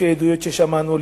לפי העדויות ששמענו,